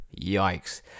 yikes